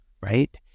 right